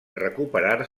recuperar